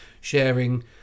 sharing